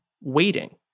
waiting